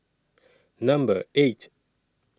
Number eight